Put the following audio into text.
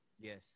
Yes